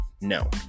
no